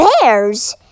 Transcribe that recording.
Bears